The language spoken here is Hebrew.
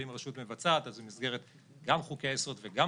אם רשות מבצעת אז במסגרת גם חוקי היסוד וגם